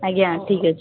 ଆଜ୍ଞା ଠିକ୍ ଅଛି